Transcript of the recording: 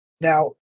Now